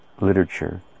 literature